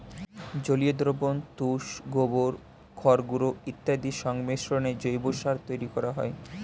জলীয় দ্রবণ, তুষ, গোবর, খড়গুঁড়ো ইত্যাদির সংমিশ্রণে জৈব সার তৈরি করা হয়